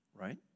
right